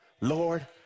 Lord